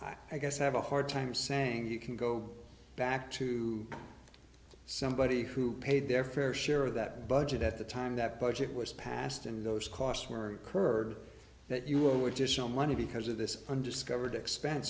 and i guess have a hard time saying you can go back to somebody who paid their fair share of that budget at the time that budget was passed and those costs were incurred that you would just no money because of this undiscovered expense